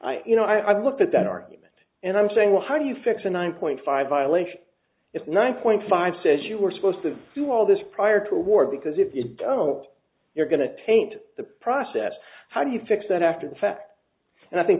judge you know i've looked at that argument and i'm saying well how do you fix a nine point five violation if nine point five says you were supposed to do all this prior to war because if you don't you're going to taint the process how do you fix that after the fact and i think